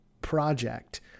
project